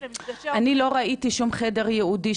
אני לא ראיתי שום חדר ייעודי.